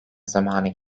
zamanı